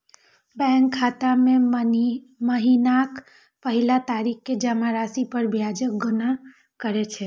bank खाता मे महीनाक पहिल तारीख कें जमा राशि पर ब्याजक गणना करै छै